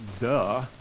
duh